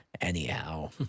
Anyhow